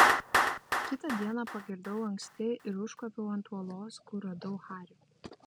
kitą dieną pakirdau anksti ir užkopiau ant uolos kur radau harį